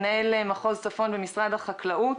מנהל מחוז צפון במשרד החקלאות: